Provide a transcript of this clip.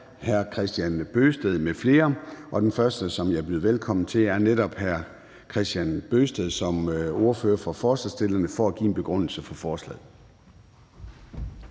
15:57 Formanden (Søren Gade): Den første, jeg byder velkommen til, er hr. Kristian Bøgsted som ordfører for forslagsstillerne for at give en begrundelse for forslaget.